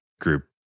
group